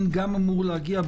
גם אמור להגיע.